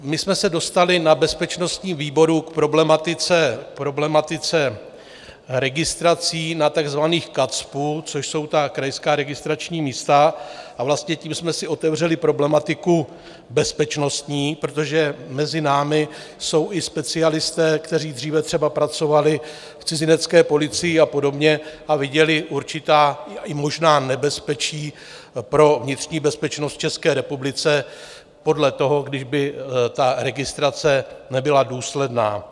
My jsme se dostali na bezpečnostním výboru k problematice registrací takzvaných KACPU, což jsou ta krajská registrační místa, a vlastně tím jsme si otevřeli problematiku bezpečnostní, protože mezi námi jsou i specialisté, kteří dříve třeba pracovali v cizinecké policii a podobně a viděli určitá i možná nebezpečí pro vnitřní bezpečnost v České republice podle toho, když by ta registrace nebyla důsledná.